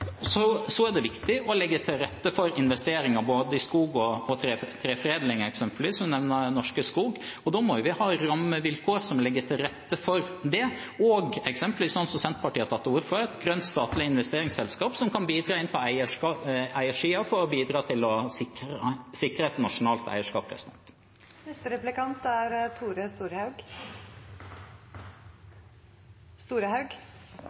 Så er det viktig å legge til rette for investeringer både i skog og treforedling, eksempelvis Norske Skog. Da må vi ha rammevilkår som legger til rette for det, og eksempelvis, som Senterpartiet har tatt til orde for, et grønt statlig investeringsselskap som kan bidra inn på eiersiden for å sikre et nasjonalt eierskap. Eg har kosa meg med å lese tala som Senterpartiet føreslår i det alternative opplegget sitt. Eller: «Kosa meg» er